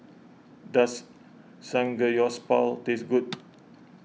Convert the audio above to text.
does Samgeyopsal taste good